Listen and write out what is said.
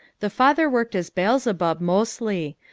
the father worked as beelzebub mostly,